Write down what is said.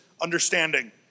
understanding